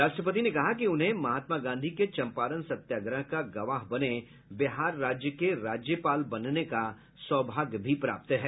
राष्ट्रपति ने कहा कि उन्हें महात्मा गांधी के चंपारण सत्याग्रह का गवाह बने बिहार राज्य के राज्यपाल बनने का सौभाग्य भी प्राप्त है